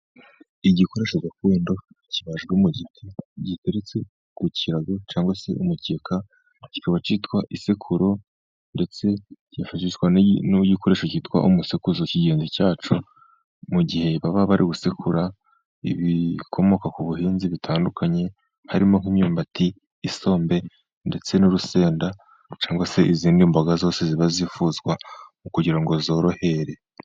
Igikoresho gakondo kibajwe mu giti giteretse ku kirago cyangwa se umukeka. Kikaba cyitwa isekuru ndetse hifashishwa n'igikoresho cyitwa umusekuzo cy'ingenzi cyacyo mu gihe baba bari gusekura ibikomoka ku buhinzi bitandukanye harimo: nk'imyumbati, isombe, ndetse n'urusenda, cyangwa se izindi mboga zose ziba zifuzwa mu kugira ngo zorohere.